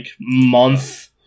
month